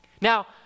Now